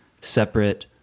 separate